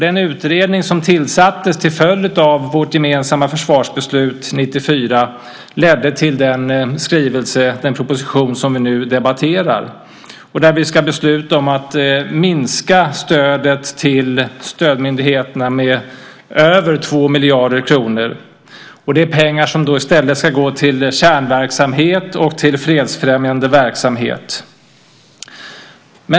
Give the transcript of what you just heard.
Den utredning som tillsattes till följd av vårt gemensamma försvarsbeslut 1994 ledde till den proposition som vi nu debatterar och som innebär att vi ska besluta om att minska stödet till stödmyndigheterna med över 2 miljarder kronor. Det är pengar som i stället ska gå till kärnverksamhet och fredsfrämjande verksamhet.